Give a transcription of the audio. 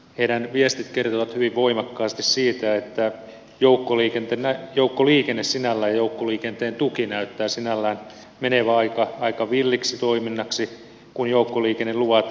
heidän viestinsä kertovat hyvin voimakkaasti siitä että joukkoliikenne sinällään ja joukkoliikenteen tuki näyttää sinällään menevän aika villiksi toiminnaksi kun joukkoliikenneluvat käytännössä lakkaavat